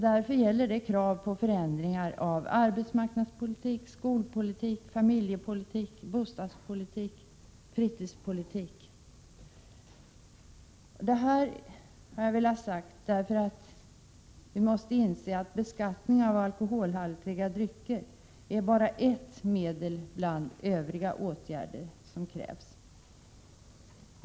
Det gäller krav på förändringar av arbetsmarknadspolitik, skolpolitik, familjepolitik, bostadspolitik, fritidspolitik.” Med detta vill jag ha sagt att vi måste inse att beskattning av alkoholhaltiga drycker är ett medel bland övriga åtgärder som krävs.